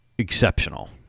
exceptional